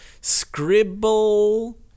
scribble